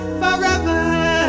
forever